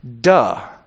Duh